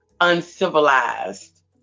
uncivilized